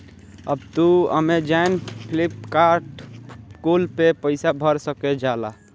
अब तू अमेजैन, फ्लिपकार्ट कुल पे पईसा भर सकल जाला